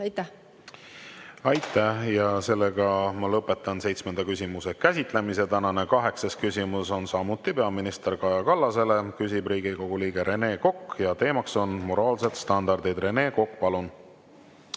Aitäh! Lõpetan seitsmenda küsimuse käsitlemise. Tänane kaheksas küsimus on samuti peaminister Kaja Kallasele. Küsib Riigikogu liige Rene Kokk ja teema on moraalsed standardid. Rene Kokk, palun!